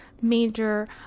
major